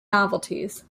novelties